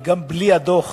גם בלי הדוח